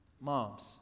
moms